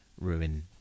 ruin